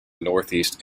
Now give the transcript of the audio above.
northeast